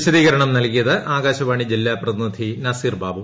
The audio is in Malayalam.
വിശദീകരണം നൽകിയത് ആകാശവാണി ജില്ലാ പ്രതിനിധി നസീർ ബാബു